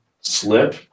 slip